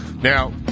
Now